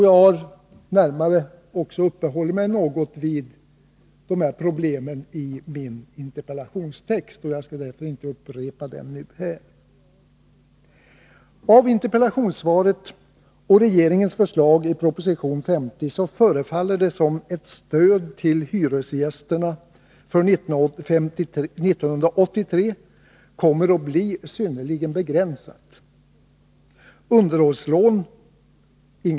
Jag har närmare uppehållit mig vid dessa problem i min interpellation. Jag skall därför inte upprepa mina synpunkter här. Av interpellationssvaret och regeringens förslag i proposition 50 att döma förefaller det som att ett stöd till hyresgästerna för 1983 kommer att bli synnerligen begränsat. Underhållslån kommer att kunna erhållas under 1983.